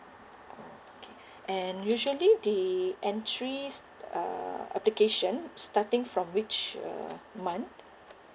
okay and usually the entries uh application starting from which uh month